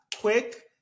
quick